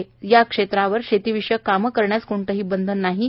सदर क्षेत्रावर शेतीविषयक कामे करण्यास कोणतेही बंधन नव्हते